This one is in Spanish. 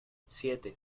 siete